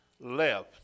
left